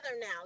now